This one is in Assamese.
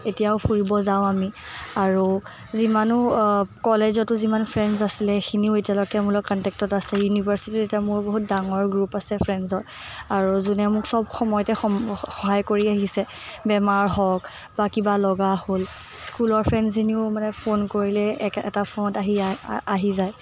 এতিয়াও ফুৰিব যাওঁ আমি আৰু যিমানো কলেজতো যিমান ফ্ৰেণ্ডছ আছিলে সেইখিনিও এতিয়ালৈকে মোৰ লগত কণ্টেক্টত আছে ইউনিভাৰ্চিটিতো এতিয়া মোৰ বহুত ডাঙৰ গ্ৰুপ আছে ফ্ৰেণ্ডছৰ আৰু যোনে মোক সব সময়তে সম সহায় কৰি আহিছে বেমাৰ হওক বা কিবা লগা হ'ল স্কুলৰ ফ্ৰেণ্ডছখিনিও মানে ফোন কৰিলে এ এটা ফোনত আহি যায় আহি যায়